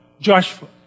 Joshua